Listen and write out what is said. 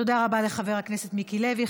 תודה רבה לחבר הכנסת מיקי לוי.